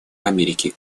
америки